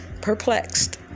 perplexed